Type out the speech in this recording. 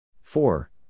four